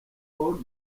all